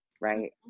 right